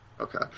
Okay